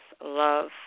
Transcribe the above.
love